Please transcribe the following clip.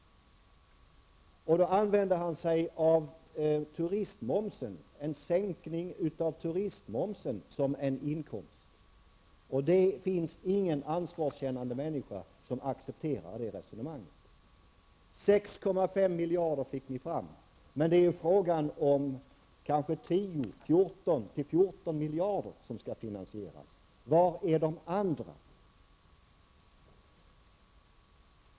Då använde han sig av en sänkning av turistmomsen som en inkomst. Men det finns inte någon ansvarkännande människa som accepterar detta resonemang. 6,5 miljarder fick ni fram, men det är ju fråga om kanske 10--14 miljarder som skall finansieras. Var är de andra miljarderna?